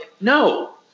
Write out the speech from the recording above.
no